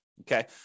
Okay